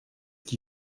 qui